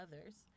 others